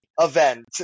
event